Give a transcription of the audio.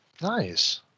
nice